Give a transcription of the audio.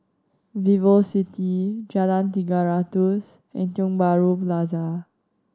VivoCity Jalan Tiga Ratus Tiong Bahru Plaza